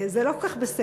זה לא כל כך בסדר.